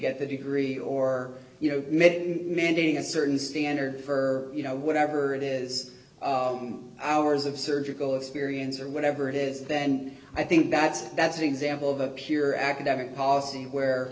get that degree or you know mandating a certain standard for you know whatever it is hours of surgical experience or whatever it is then i think that's that's an example of a pure academic policy where